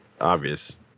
obvious